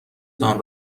تان